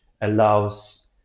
allows